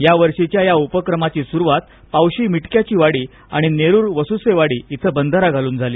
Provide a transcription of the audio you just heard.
यावर्षीच्या या उपक्रमाची सुरुवात पावशी मिटक्याची वाडी आणि नेरूर वसुसेवाडी इथं बंधारा घालून झाली